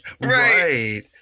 right